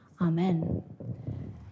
Amen